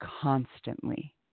constantly